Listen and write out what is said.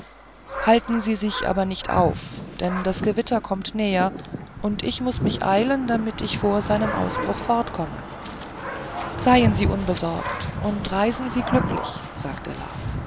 halten sie sich aber nicht auf denn das gewitter kommt näher und auch ich muß mich eilen damit ich vor seinem ausbruch fortkommen seien sie unbesorgt und reisen sie glücklich sagte